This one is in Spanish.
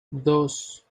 dos